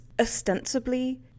ostensibly